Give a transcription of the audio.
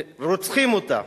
רוצחים אותה.